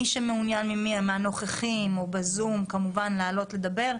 מי שמעוניין מהנוכחים או בזום לעלות לדבר,